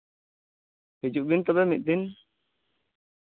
ᱦᱤᱡᱩᱜ ᱵᱤᱱ ᱛᱟᱦᱞᱮ ᱢᱤᱫ ᱫᱤᱱ